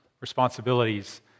responsibilities